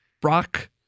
Brock